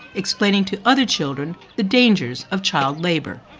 explaining to other children the dangers of child labour.